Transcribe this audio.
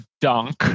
dunk